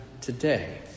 today